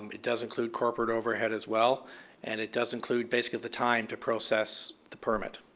um it does include corporate overhead as well and it does include basically the time to process the permit.